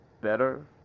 better